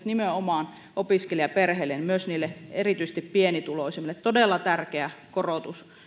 nimenomaan opiskelijaperheille ja myös erityisesti niille pienituloisimmille todella tärkeä korotus